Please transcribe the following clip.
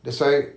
that's why